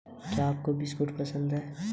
कौन सा बीज कितनी उपज देता है?